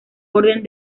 orden